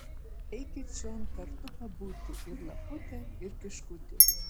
eikit čion kartu pabūti ir lapute ir kiškuti